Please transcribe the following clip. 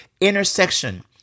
intersection